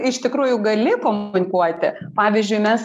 iš tikrųjų gali komunikuoti pavyzdžiui mes